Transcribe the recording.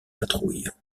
patrouille